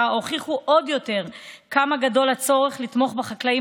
הוכיחו עוד יותר כמה גדול הצורך לתמוך בחקלאים